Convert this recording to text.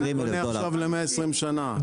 אני קונה עכשיו ל-120 שנה,